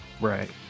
right